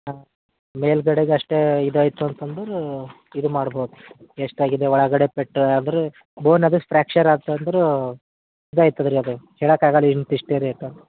ಹಾಂ ಮೇಲಗಡೆಗಷ್ಟೇ ಇದು ಆಯಿತು ಅಂತಂದರು ಇದು ಮಾಡ್ಬೋದು ಎಷ್ಟು ಆಗಿದೆ ಒಳಗಡೆ ಪೆಟ್ಟು ಆದರು ಬೋನ್ ಅದು ಫ್ಯಾಕ್ಚರ್ ಆತಂದರು ಇದು ಆಯ್ತದ್ರಿ ಅದು ಹೇಳಾಕೆ ಆಗೊಲ್ಲ ಇಂತಿಷ್ಟೇ ರೇಟ್